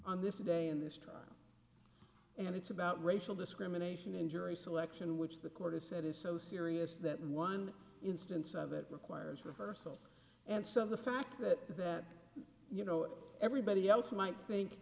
on this day in this time and it's about racial discrimination in jury selection which the court has said is so serious that one instance of it requires reversal and some the fact that that you know everybody else might think